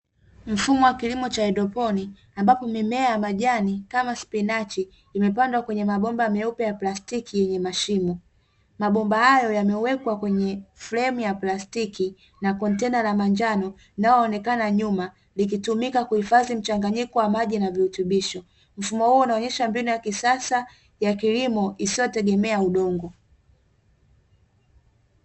Mfumo wa kilimo cha haidroponi ambapo mimea ya majani kama spinachi imepandwa kwenye mabomba meupe ya plastiki yenye mashimo, mabomba hayo yamewekwa kwenye fremu ya plastiki na kontena la manjano linalo onekana nyuma likitumika kuchanganya maji pamoja na virutubisho. Mfumo huo unaonesha mbinu ya kisasa ya kilimo isiyotegemea udongo.